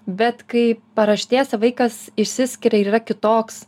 bet kai paraštėse vaikas išsiskiria ir yra kitoks